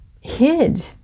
hid